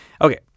Okay